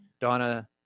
Donna